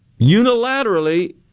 unilaterally